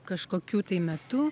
kažkokiu tai metu